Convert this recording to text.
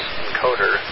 encoder